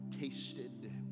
tasted